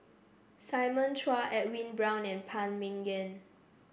Simon Chua Edwin Brown and Phan Ming Yen